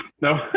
No